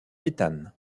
ethan